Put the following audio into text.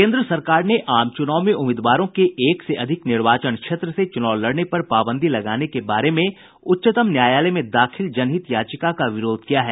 केन्द्र सरकार ने आम चुनाव में उम्मीदवारों के एक से अधिक निर्वाचन क्षेत्र से चूनाव लड़ने पर पाबंदी लगाने के बारे में उच्चतम न्यायालय में दाखिल जनहित याचिका का विरोध किया है